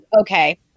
okay